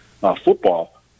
football